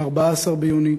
14 ביוני,